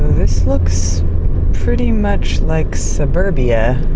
this looks pretty much like suburbia